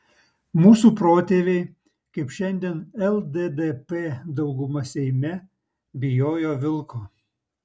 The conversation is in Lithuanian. mūsų protėviai kaip šiandien lddp dauguma seime bijojo vilko